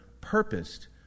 purposed